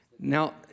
Now